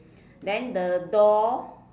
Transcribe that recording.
then the door